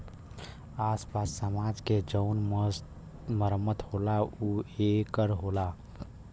आस पास समाज के जउन मरम्मत होला ऊ ए कर होला